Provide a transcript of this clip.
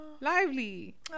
Lively